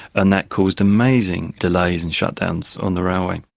and that caused amazing delays and shutdowns on the railway.